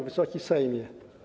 Wysoki Sejmie!